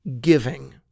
giving